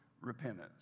repentance